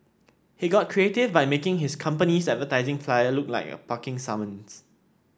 he got creative by making his company's advertising flyer look like a parking summons